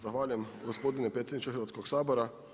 Zahvaljujem gospodine predsjedniče Hrvatskog sabora.